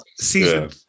season